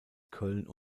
köln